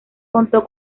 contó